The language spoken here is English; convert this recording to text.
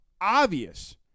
obvious